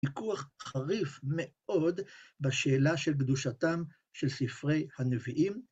ויכוח חריף מאוד בשאלה של קדושתם של ספרי הנביאים.